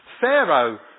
Pharaoh